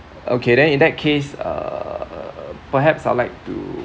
okay then in that case err perhaps I'd like to